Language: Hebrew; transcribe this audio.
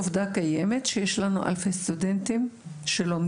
זו עובדה קיימת שיש לנו אלפי סטודנטים שלומדים.